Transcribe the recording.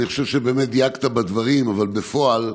אני חושב שבאמת דייקת בדברים, אבל בפועל,